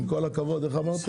עם כל הכבוד, איך אמרתם?